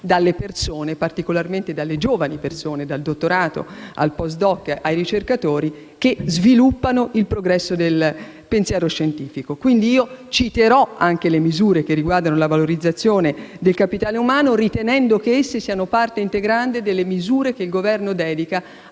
dalle persone, in particolare dalle giovani persone (dal dottorato, al *postdoc*, ai ricercatori) che sviluppano il progresso del pensiero scientifico. Citerò quindi anche le misure che riguardano la valorizzazione del capitale umano, ritenendo che esse siano parte integrante delle misure che il Governo dedica